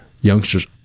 youngsters